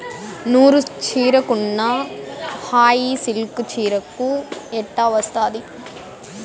నూరు చీరకున్న హాయి సిల్కు చీరకు ఎట్టా వస్తాది